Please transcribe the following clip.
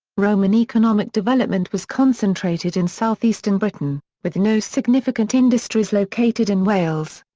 roman economic development was concentrated in southeastern britain, with no significant industries located in wales.